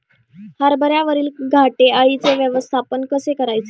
हरभऱ्यावरील घाटे अळीचे व्यवस्थापन कसे करायचे?